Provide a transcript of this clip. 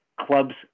clubs